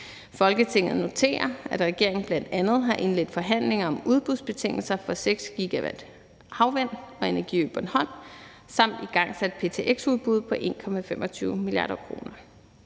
Folketinget noterer, at regeringen bl.a. har indledt forhandlinger om udbudsbetingelser for 6 GW havvind og Energiø Bornholm samt igangsat ptx-udbuddet på 1,25 mia. kr.